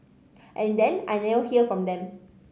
and then I never hear from them